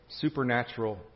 supernatural